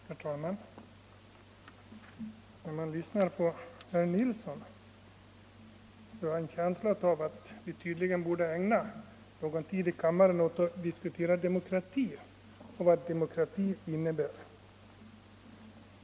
Herr talman! När jag lyssnade på herr Nilsson i Kristianstad fick jag en känsla av att vi borde ägna någon tid i kammaren åt att diskutera demokrati och vad demokrati innebär.